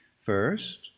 first